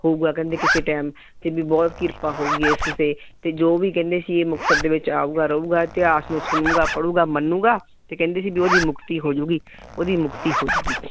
ਹੋਊਗਾ ਕਹਿੰਦੇ ਕਿਸੇ ਟਾਈਮ ਫਿਰ ਵੀ ਬਹੁਤ ਕਿਰਪਾ ਹੋਊਗੀ ਇਸ ਸੇ ਅਤੇ ਜੋ ਵੀ ਕਹਿੰਦੇ ਸੀਗੇ ਮੁਕਤਸਰ ਦੇ ਵਿੱਚ ਆਊਗਾ ਰਹੇਗਾ ਇਤਿਹਾਸ ਨੂੰ ਸੁਣੇਗਾ ਪੜ੍ਹੇਗਾ ਮੰਨੇਗਾ ਅਤੇ ਕਹਿੰਦੇ ਸੀ ਵੀ ਉਹਦੀ ਮੁਕਤੀ ਹੋ ਜੂਗੀ ਉਹਦੀ ਮੁਕਤੀ ਹੋ ਜੂਗੀ